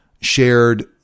shared